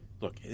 Look